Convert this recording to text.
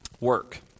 Work